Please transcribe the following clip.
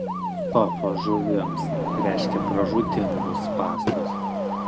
sofa žuvims reiškia pražūtingus spąstus